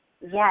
Yes